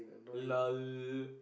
lol